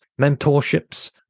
mentorships